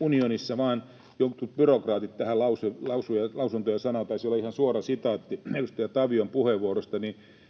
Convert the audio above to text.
unionissa vain jotkut byrokraatit tähän lausuntoja sanovat — taisi olla ihan suora sitaatti edustaja Tavion puheenvuorosta — niin